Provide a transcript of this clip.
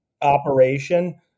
operation